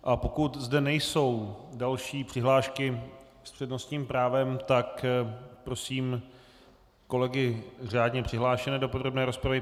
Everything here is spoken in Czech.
A pokud zde nejsou další přihlášky s přednostním právem, tak prosím kolegy řádně přihlášené do podrobné rozpravy.